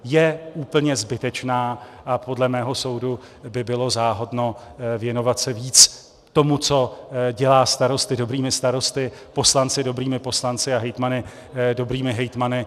Je úplně zbytečná a podle mého soudu by bylo záhodno věnovat se víc tomu, co dělá starosty dobrými starosty, poslance dobrými poslanci a hejtmany dobrými hejtmany.